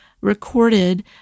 recorded